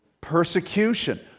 Persecution